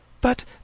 But